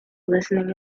listening